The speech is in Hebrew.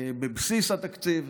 בבסיס התקציב,